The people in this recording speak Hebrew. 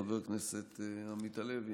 חבר הכנסת עמית הלוי,